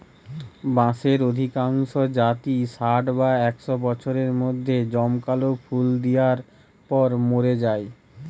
বাঁশের অধিকাংশ জাতই ষাট বা একশ বছরের মধ্যে জমকালো ফুল দিয়ার পর মোরে যায়